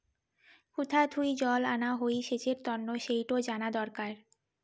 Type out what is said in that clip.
কুথা থুই জল আনা হই সেচের তন্ন সেইটো জানা দরকার